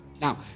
Now